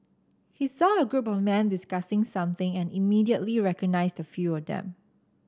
he saw a group of men discussing something and immediately recognised a few of them